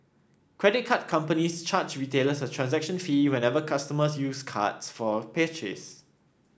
credit card companies charge retailers a transaction fee whenever customers use cards for a